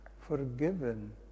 forgiven